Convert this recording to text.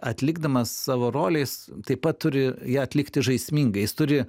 atlikdamas savo rolę jis taip pat turi ją atlikti žaismingai jis turi